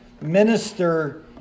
minister